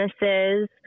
businesses